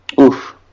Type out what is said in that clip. Oof